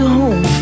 home